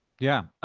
yeah.